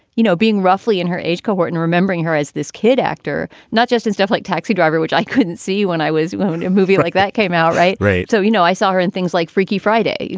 you know, being roughly in her age cohort and remembering her as this kid actor, not just an stufflike taxi driver, which i couldn't see when i was in a movie like that came out. right. right. so, you know, i saw her in things like freaky friday.